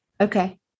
Okay